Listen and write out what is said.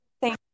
thank